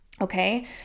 Okay